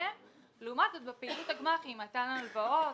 לעומת זאת, בפעילות הגמ"חים, מתן הלוואות,